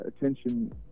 attention